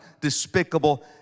despicable